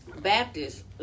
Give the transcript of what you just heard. Baptists